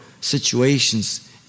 situations